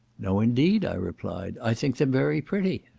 no indeed, i replied, i think them very pretty.